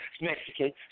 Mexican